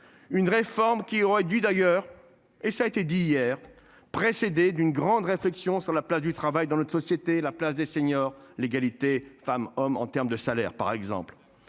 Une réforme qui aurait dû d'ailleurs et ça a été dit hier, précédée d'une grande réflexion sur la place du travail dans notre société, la place des seniors l'égalité femmes-hommes en termes de salaire par exemple